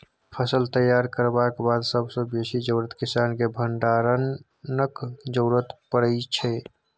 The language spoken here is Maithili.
फसल तैयार करबाक बाद सबसँ बेसी जरुरत किसानकेँ भंडारणक जरुरत परै छै